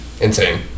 insane